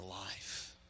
life